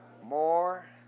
More